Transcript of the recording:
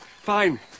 Fine